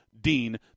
DEAN